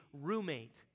roommate